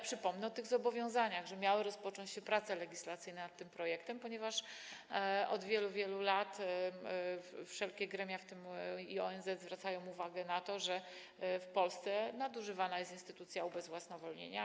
Przypomnę o tych zobowiązaniach, o tym, że miały rozpocząć się prace legislacyjne nad tym projektem, ponieważ od wielu, wielu lat wszelkie gremia, w tym ONZ, zwracają uwagę na to, że w Polsce nadużywana jest instytucja ubezwłasnowolnienia.